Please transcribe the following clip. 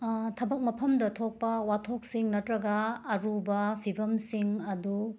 ꯊꯕꯛ ꯃꯐꯝꯗ ꯊꯣꯛꯄ ꯋꯥꯊꯣꯛꯁꯤꯡ ꯅꯠꯇ꯭ꯔꯒ ꯑꯔꯨꯕ ꯐꯤꯕꯝꯁꯤꯡ ꯑꯗꯨ